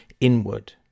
inward